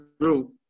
group